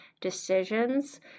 decisions